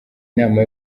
inama